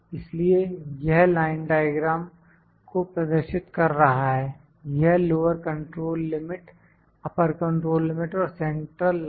इसलिए यह line diagram को प्रदर्शित कर रहा है यह lower control limit upper control limit और सेंट्रल लाइन